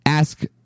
Ask